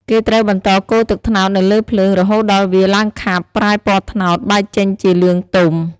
គេត្រូវបន្តកូរទឹកត្នោតនៅលើភ្លើងរហូតដល់វាឡើងខាប់ ប្រែពណ៌ត្នោតបែកចេញជាលឿងទុំ។